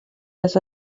dass